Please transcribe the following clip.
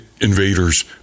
Invaders